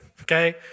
okay